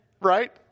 right